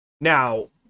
Now